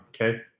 Okay